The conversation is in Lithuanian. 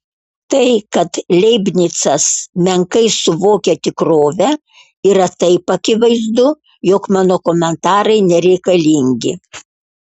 tai kad leibnicas menkai suvokia tikrovę yra taip akivaizdu jog mano komentarai nereikalingi